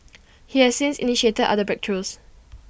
he has since initiated other breakthroughs